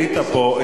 היית פה,